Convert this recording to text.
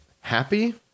happy